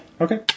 Okay